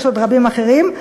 יש עוד רבים אחרים,